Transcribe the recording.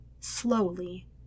slowly